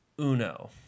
uno